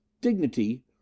dignity